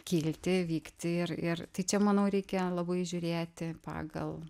kilti vykti ir ir tai čia manau reikia labai žiūrėti pagal